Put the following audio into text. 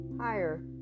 higher